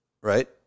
right